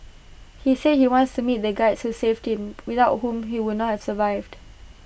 he said he wants to meet the Guides who saved him without whom he would not have survived